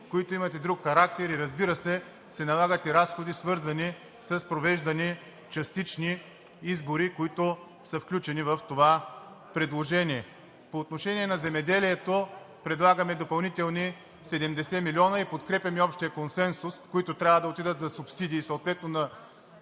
които имат и друг характер и, разбира се, се налагат и разходи, свързани с провеждани частични избори, които са включени в това предложение. По отношение на земеделието предлагаме допълнителни 70 милиона, които трябва да отидат за субсидии съответно на